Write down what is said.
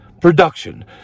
production